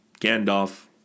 Gandalf